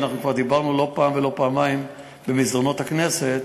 כבר דיברנו לא פעם ולא פעמיים במסדרונות הכנסת,